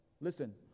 listen